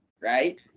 right